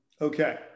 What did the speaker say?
Okay